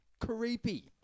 creepy